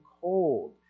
cold